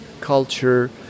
culture